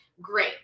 great